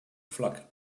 flock